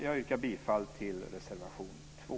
Jag yrkar bifall till reservation 2.